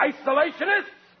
Isolationists